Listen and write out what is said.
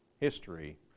history